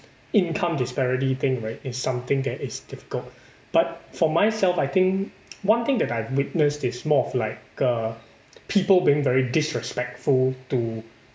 income disparity thing right is something that is difficult but for myself I think one thing that I've witnessed is more of like uh people being very disrespectful to